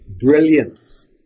brilliance